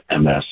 MS